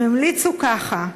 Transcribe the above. הם המליצו ככה: